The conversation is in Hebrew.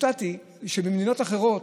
הופתעתי במדינות אחרות,